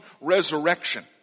resurrection